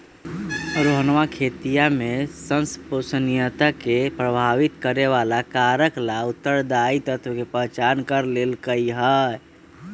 रोहनवा खेतीया में संपोषणीयता के प्रभावित करे वाला कारक ला उत्तरदायी तत्व के पहचान कर लेल कई है